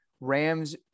Rams